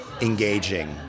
engaging